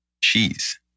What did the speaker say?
cheese